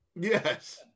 Yes